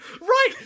Right